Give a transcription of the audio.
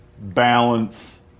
balance